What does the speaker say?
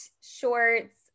shorts